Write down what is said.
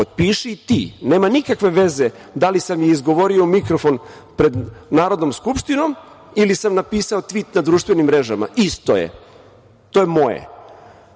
Potpiši i ti. Nema nikakve veze da li sam je izgovorio u mikrofon pred Narodnom skupštinom ili sam napisao tvit na društvenim mrežama, isto je. To je moje.